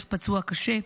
יש פצוע קשה.